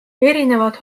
erinevad